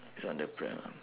it's on the pram ah